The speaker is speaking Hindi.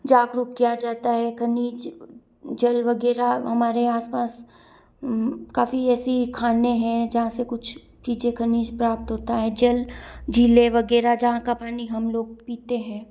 जागरूक किया जाता है खनिज जल वगैरह हमारे आसपास काफ़ी ऐसी खाने हैं जहाँ से कुछ चीज़ें घनिष्ट प्राप्त होता है जल झीले वगैरह जहाँ का पानी हम लोग पीते हैं